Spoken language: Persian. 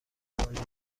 توانیم